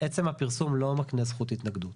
עצם הפרסום לא מקנה זכות התנגדות,